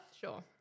Sure